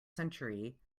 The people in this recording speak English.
century